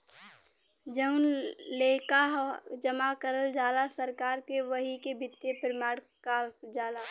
जउन लेकःआ जमा करल जाला सरकार के वही के वित्तीय प्रमाण काल जाला